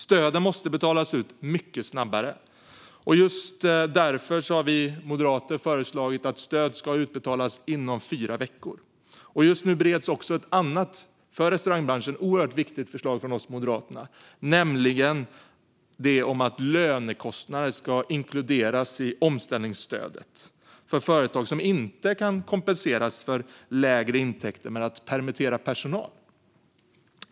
Stöden måste betalas ut mycket snabbare. Därför har vi moderater föreslagit att stöd ska utbetalas inom fyra veckor. Just nu bereds också ett annat, för restaurangbranschen oerhört viktigt, förslag från oss i Moderaterna, nämligen det om att lönekostnader ska inkluderas i omställningsstödet för företag som inte kan kompensera lägre intäkter med att permittera personal.